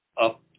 up